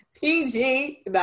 PG